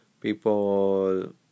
people